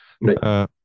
Right